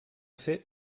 ser